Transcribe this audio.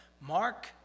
Mark